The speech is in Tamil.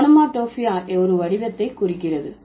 ஓனோமடோபாயியா ஒரு வடிவத்தை குறிக்கிறது